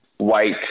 white